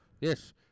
Yes